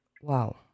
Wow